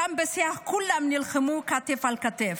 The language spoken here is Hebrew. שם, בשוחות, כולם נלחמו כתף אל כתף,